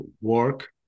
work